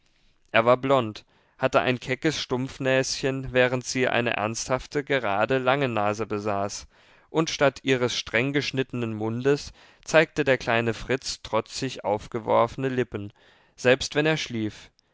er war blond hatte ein keckes stumpfnäschen während sie eine ernsthafte gerade lange nase besaß und statt ihres strenggeschnittenen mundes zeigte der kleine fritz trotzig aufgeworfene lippen selbst wenn er schlief